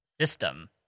system